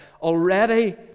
already